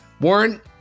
Warren